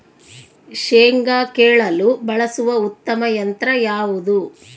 ಶೇಂಗಾ ಕೇಳಲು ಬಳಸುವ ಉತ್ತಮ ಯಂತ್ರ ಯಾವುದು?